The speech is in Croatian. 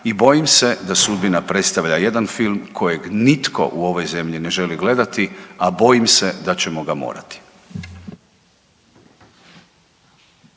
i bojim se da sudbina predstavlja jedan film kojeg nitko u ovoj zemlji ne želi gledati, a bojim se da ćemo ga morati.